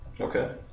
Okay